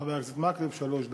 חבר הכנסת מקלב, שלוש דקות.